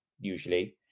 usually